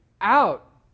out